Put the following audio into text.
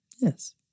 Yes